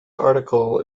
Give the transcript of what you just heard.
article